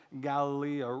Galilee